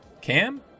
Cam